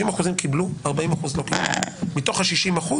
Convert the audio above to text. מתוך 60%,